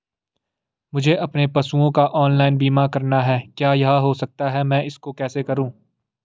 मुझे अपने पशुओं का ऑनलाइन बीमा करना है क्या यह हो सकता है मैं इसको कैसे करूँ?